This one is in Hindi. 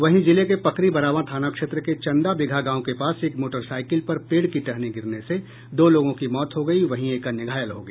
वहीं जिले के पकरीबरावा थाना क्षेत्र के चंदाबिगहा गांव के पास एक मोटरसाईकिल पर पेड़ की टहनी गिरने से दो लोगों की मौत हो गयी वहीं एक अन्य घायल हो गया